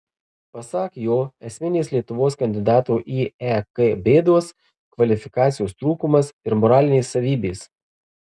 pasak jo esminės lietuvos kandidato į ek bėdos kvalifikacijos trūkumas ir moralinės savybės